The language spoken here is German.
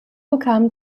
bekam